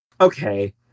okay